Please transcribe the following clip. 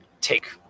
take